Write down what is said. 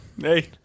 Hey